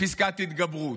פסקת התגברות,